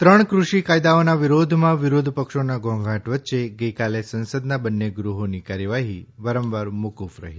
ત્રણ કૃષિ કાયદાઓના વિરોધમાં વિરોધ પક્ષોના ધોઘાંટ વચ્ચે ગઇકાલે સંસદના બંને ગૃહોની કાર્યવાહી વારંવાર મોકુફ રહી